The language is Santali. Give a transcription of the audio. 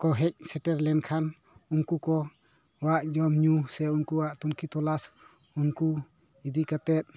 ᱠᱚ ᱦᱮᱡ ᱥᱮᱴᱮᱨ ᱞᱮᱱᱠᱷᱟᱱ ᱩᱱᱠᱩ ᱠᱚ ᱠᱚᱣᱟᱜ ᱡᱚᱢ ᱧᱩ ᱥᱮ ᱩᱱᱠᱩᱣᱟᱜ ᱛᱩᱱᱠᱷᱤ ᱛᱚᱞᱟᱥ ᱩᱱᱠᱩ ᱤᱫᱤ ᱠᱟᱛᱮᱫ